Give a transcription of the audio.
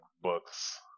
books